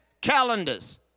calendars